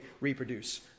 reproduce